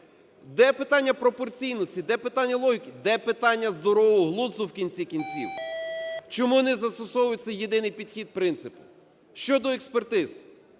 Де питання пропорційності, де питання логіки, де питання здорового глузду в кінці кінців? Чому не застосовується єдиний підхід, принцип? Щодо експертиз.